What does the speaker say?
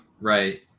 Right